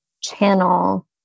channel